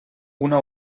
una